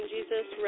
Jesus